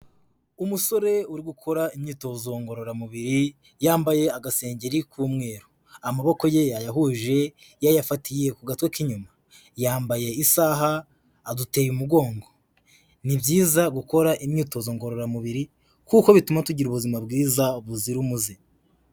Umusore uri gukora imyitozo ngororamubiri, yambaye agasengeri k'umweru, amaboko ye yayahuje yayafatiye ku gatwe k'inyuma, yambaye isaha aduteye umugongo, ni byiza gukora imyitozo ngororamubiri kuko bituma tugira ubuzima bwiza buzira umuze.